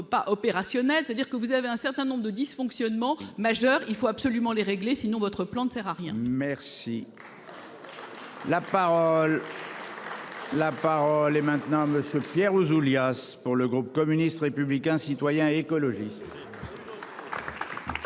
pas opérationnel. C'est-à-dire que vous avez un certain nombre de dysfonctionnements majeurs. Il faut absolument les régler sinon votre plan ne sert à rien. Merci. La parole est maintenant monsieur. Pierre Ouzoulias. Pour le groupe communiste, républicain, citoyen et écologiste.